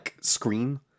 screen